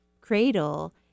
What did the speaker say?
cradle